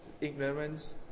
ignorance